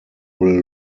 will